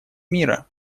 мира